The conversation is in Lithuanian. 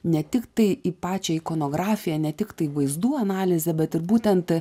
ne tik tai ypačiai ikonografija ne tiktai vaizdų analizė bet ir būtent